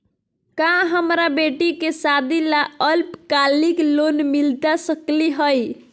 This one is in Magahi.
का हमरा बेटी के सादी ला अल्पकालिक लोन मिलता सकली हई?